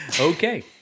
Okay